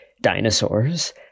dinosaurs